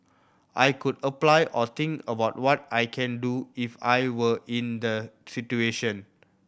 I could apply or think about what I can do if I were in the situation